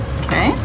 okay